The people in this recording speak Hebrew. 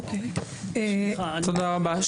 תודה רבה.